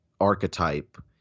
archetype